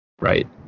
right